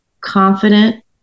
confident